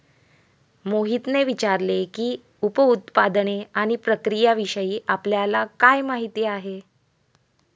मोहितने विचारले की, उप उत्पादने आणि प्रक्रियाविषयी आपल्याला काय माहिती आहे?